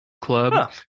Club